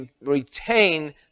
retain